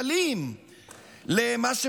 חברי הכנסת,